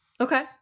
Okay